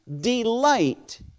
delight